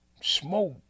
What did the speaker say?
smoke